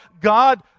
God